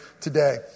today